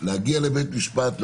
להגי ע לבית משפט,